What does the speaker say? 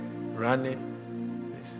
running